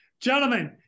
Gentlemen